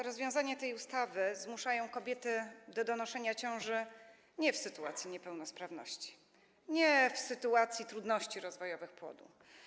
Rozwiązania tej ustawy zmuszają kobiety do donoszenia ciąży nie w sytuacji niepełnosprawności, nie w sytuacji trudności rozwojowych płodu.